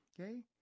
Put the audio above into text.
okay